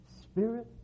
spirit